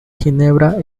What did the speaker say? ginebra